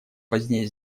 позднее